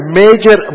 major